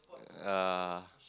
uh